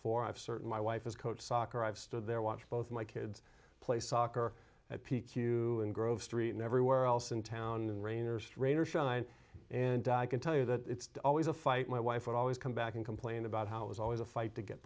for i have certain my wife is coach soccer i've stood there watched both my kids play soccer at p q and grove street and every where else in town and rain or strain or shine and i can tell you that it's always a fight my wife would always come back and complain about how it was always a fight to get